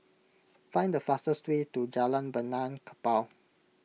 find the fastest way to Jalan Benaan Kapal